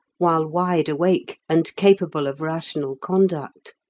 while wide awake, and capable of rational conduct.